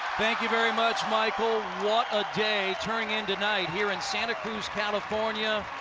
thank you very much, michael. what a day turning into night here in santa cruz, california.